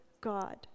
God